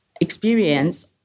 experience